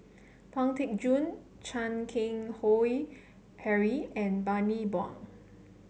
Pang Teck Joon Chan Keng Howe Harry and Bani Buang